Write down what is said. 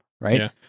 right